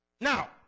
now